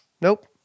Nope